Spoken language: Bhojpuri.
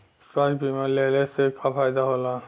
स्वास्थ्य बीमा लेहले से का फायदा होला?